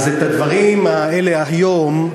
אז את הדברים האלה היום,